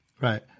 Right